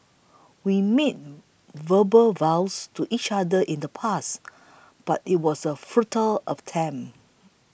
we made verbal vows to each other in the past but it was a futile attempt